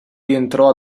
rientrò